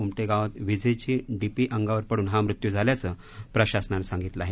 उमटे गावात वीजेची डीपी अंगावर पडून हा मृत्यू झाल्याचं प्रशासनानं सांगितलं आहे